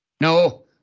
No